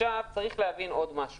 צריך להבין דבר נוסף